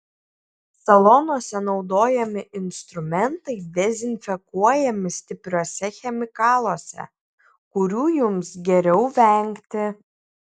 salonuose naudojami instrumentai dezinfekuojami stipriuose chemikaluose kurių jums geriau vengti